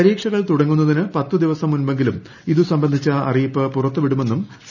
പരീക്ഷകൾ തുടങ്ങുന്നത്തിന് പ്രത്തു ദിവസം മുൻപെങ്കിലും ഇതുസംബന്ധിച്ച അറിയിപ്പ് പുറത്തുവിടുമെന്നും സി